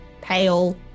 pale